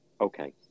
Okay